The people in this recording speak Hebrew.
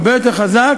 הרבה יותר חזק,